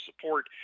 support